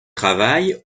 travail